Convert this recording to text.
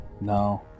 No